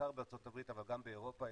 בעיקר בארצות הברית אבל גם באירופה,